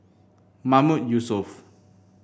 Mahmood Yusof